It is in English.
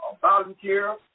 volunteer